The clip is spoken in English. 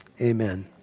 Amen